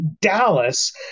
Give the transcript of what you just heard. Dallas